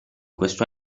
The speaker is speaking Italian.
questo